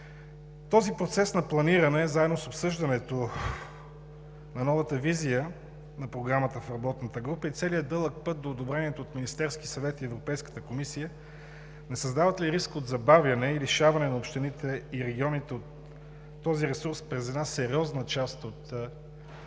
Този процес на планиране заедно с обсъждането на новата визия на Програмата в работната група и целия дълъг път до одобрението от Министерския съвет и Европейската комисия не създават ли риск от забавяне и лишаване на общините и регионите от този ресурс през една сериозна част от новия